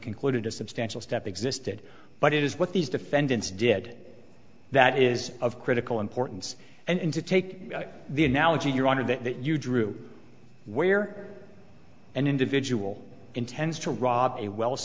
concluded a substantial step existed but it is what these defendants did that is of critical importance and to take the analogy your honor that you drew where an individual intends to rob a wells